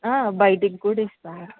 బయటికి కూడా ఇస్తాము